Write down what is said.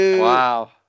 Wow